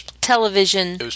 television